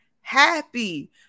happy